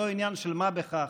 זה לא עניין של מה בכך.